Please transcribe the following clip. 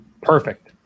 Perfect